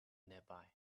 nearby